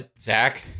Zach